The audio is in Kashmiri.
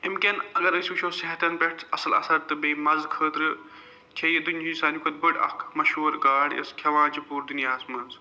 یِم کٮ۪ن اگر أسۍ وٕچھو صحتَن پٮ۪ٹھ اصٕل اَثَر تہٕ بیٚیہِ مَزٕ خٲطرٕ چھے یہِ دُنہِچ ساروی کھۄتہٕ بٔڑ اَکھ مَشہور گاڈ یۄس کھٮ۪وان چھِ پوٗرٕ دُنیاہَس مَنٛز